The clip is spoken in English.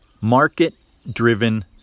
Market-driven